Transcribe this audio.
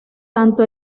tanto